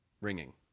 ringing